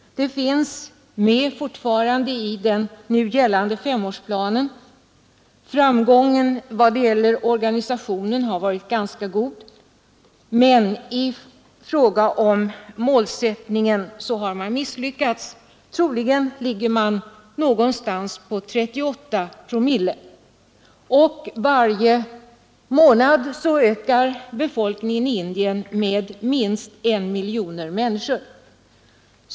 Detta finns fortfarande med i den nu gällande femårsplanen. Framgången vad gäller organisationen har varit ganska god, men i fråga om målsättningen har man misslyckats. Troligen ligger födelsetalet någonstans på 38 promille, och varje månad ökar befolkningen i Indien med minst 1 miljon människor.